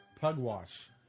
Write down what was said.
Pugwash